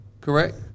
correct